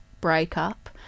breakup